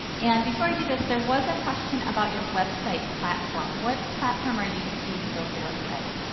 and before i do this there was a question about your website platform. what platform are you using to build your website?